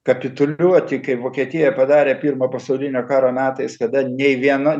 kapituliuoti kaip vokietija padarė pirmo pasaulinio karo metais kada nei viena